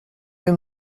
vais